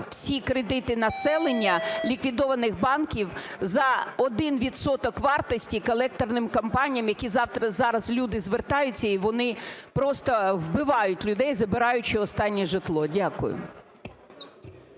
всі кредити населення ліквідованих банків за один відсоток вартості колекторним компаніям, які зараз люди звертаються, і вони просто вбивають людей, забираючи останнє житло? Дякую.